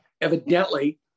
Evidently